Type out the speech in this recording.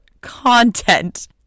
content